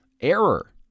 error